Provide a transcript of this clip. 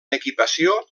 equipació